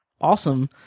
awesome